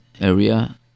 area